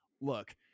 look